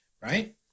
Right